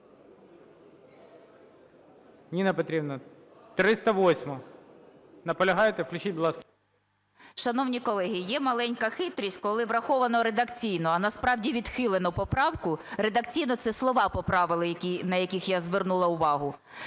Ніна Петрівна, 308-а, наполягаєте? Включіть, будь ласка... 15:38:32 ЮЖАНІНА Н.П. Шановні колеги, є маленька хитрість, коли враховано редакційно, а, насправді, відхилено поправку. Редакційно – це слова поправили, на яких я звернула увагу.